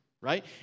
Right